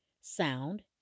sound